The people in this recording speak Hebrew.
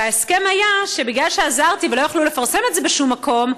וההסכם היה שבגלל שעזרתי ולא יכלו לפרסם את זה בשום מקום,